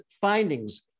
findings